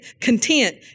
content